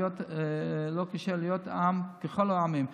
להיות עם ככל העמים.